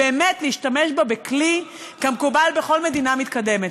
באמת להשתמש בו בכלי כמקובל בכל מדינה מתקדמת.